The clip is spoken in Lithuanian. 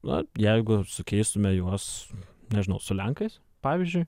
na jeigu sukeistume juos nežinau su lenkais pavyzdžiui